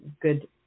good